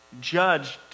judged